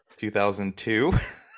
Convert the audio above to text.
2002